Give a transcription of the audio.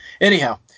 Anyhow